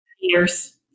years